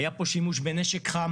היה פה שימוש בנשק חם